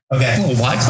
Okay